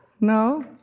No